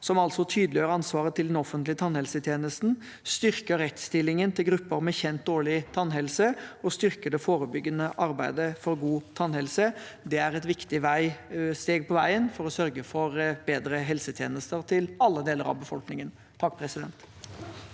som altså tydeliggjør ansvaret til den offentlige tannhelsetjenesten, styrker rettsstillingen til grupper med kjent dårlig tannhelse og styrker det forebyggende arbeidet for god tannhelse. Det er et viktig steg på veien for å sørge for bedre helsetjenester til alle deler av befolkningen. Presidenten